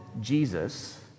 Jesus